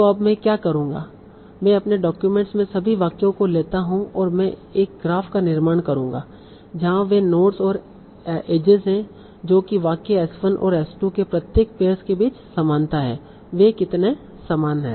तो अब मैं क्या करूंगा मैं अपने डॉक्यूमेंट में सभी वाक्यों को लेता हु और मैं एक ग्राफ का निर्माण करूँगा जहाँ ये नोड्स और एजेस हैं जो कि वाक्य S1 और S2 के प्रत्येक पेयर्स के बीच समानता है वे कितने समान हैं